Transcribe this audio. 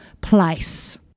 place